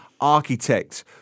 architect